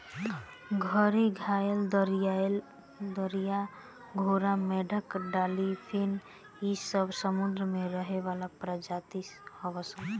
घड़ियाल, दरियाई घोड़ा, मेंढक डालफिन इ सब समुंद्र में रहे वाला प्रजाति हवन सन